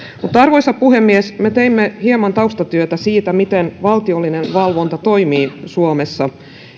arvoisa puhemies me teimme hieman taustatyötä siitä miten valtiollinen valvonta toimii suomessa